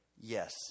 yes